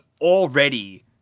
already